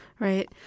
Right